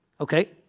okay